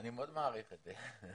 אני מאוד מעריך את זה.